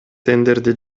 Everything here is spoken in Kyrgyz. тендерди